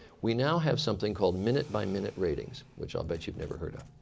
we now have something called minute by minute ratings, which i'll bet you've never heard ah